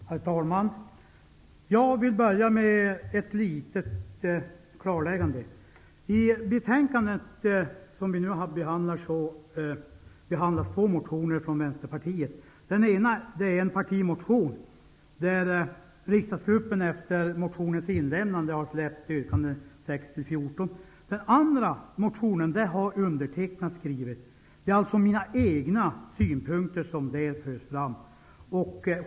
Herr talman! Jag vill börja med ett litet klarläggande. I betänkandet som vi nu debatterar behandlas två motioner från Vänsterpartiet. Den ena är en partimotion där riksdagsgruppen efter motionens inlämnande har släppt yrkandena 6--14. Den andra motionen har ''undertecknad'' skrivit. Det är alltså mina egna synpunkter som där förs fram.